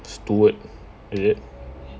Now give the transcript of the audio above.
steward is it